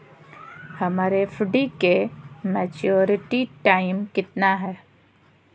हमर एफ.डी के maturity time कितना है?